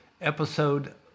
episode